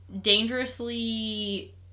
dangerously